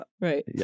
Right